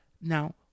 now